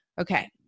okay